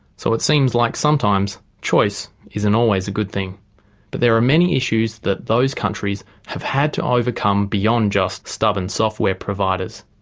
so it seems that like sometimes choice isn't always a good thing but there are many issues that those countries have had to overcome beyond just stubborn software providers.